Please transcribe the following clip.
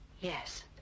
Yes